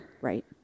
right